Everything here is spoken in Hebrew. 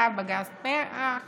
היה בג"ץ פר"ח